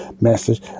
message